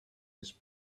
his